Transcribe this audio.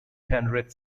penrith